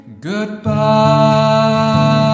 goodbye